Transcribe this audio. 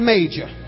Major